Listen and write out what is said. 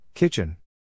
Kitchen